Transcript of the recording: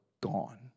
gone